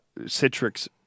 Citrix